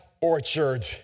orchard